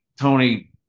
Tony